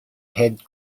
head